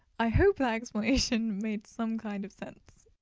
i hope that explanation made some kind of sense!